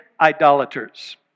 idolaters